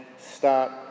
start